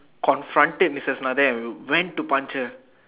confronted mrs Smarden and then we went to punch her